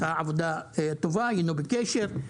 עשה עבודה טובה, היינו בקשר.